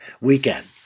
weekend